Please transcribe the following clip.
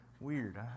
Weird